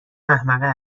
احمقه